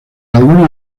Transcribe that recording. algunos